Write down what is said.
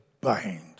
bind